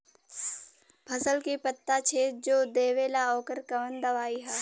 फसल के पत्ता छेद जो देवेला ओकर कवन दवाई ह?